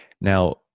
Now